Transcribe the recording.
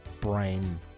brain